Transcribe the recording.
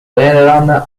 vehrehan